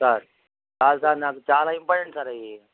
sir sir sir నాకు చాలా important sir అవి